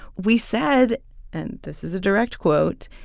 we said and this is a direct quote,